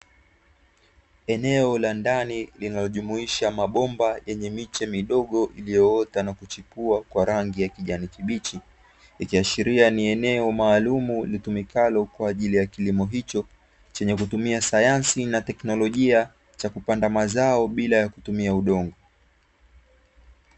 Eneo la ndani linalojumuisha mabomba yenye miche midogo iliyoota na kuchipua kwa rangi ya kijani kibichi, ikiashiria ni eneo maalumu litumikalo kwa ajili ya kilimo hicho, chenye kutumia sayansi na tekinolojia cha kupanda mazao bila ya kutumia udongo.